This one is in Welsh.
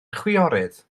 chwiorydd